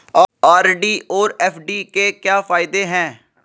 RD और FD के क्या फायदे हैं?